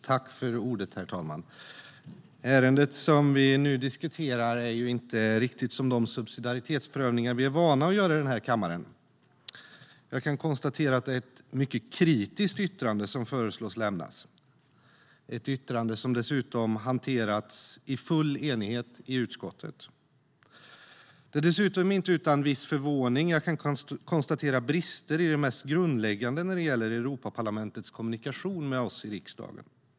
Herr talman! Ärendet vi nu diskuterar är inte riktigt som de subsidiaritetsprövningar vi är vana att göra i den här kammaren. Jag kan konstatera att det är ett mycket kritiskt yttrande som föreslås lämnas, ett yttrande som dessutom har hanterats i full enighet i utskottet. Det är dessutom inte utan viss förvåning jag kan konstatera att det finns brister i det mest grundläggande när det gäller Europaparlamentets kommunikation med oss i riksdagen.